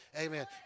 Amen